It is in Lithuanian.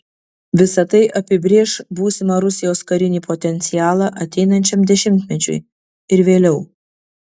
visa tai apibrėš būsimą rusijos karinį potencialą ateinančiam dešimtmečiui ir vėliau